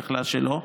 יכלה לא.